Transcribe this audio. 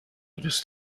دوست